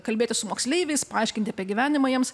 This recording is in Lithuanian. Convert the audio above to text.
kalbėtis su moksleiviais paaiškinti apie gyvenimą jiems